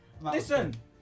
Listen